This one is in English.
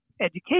education